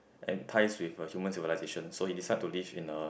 end ties with uh human civilization so he decides to live in a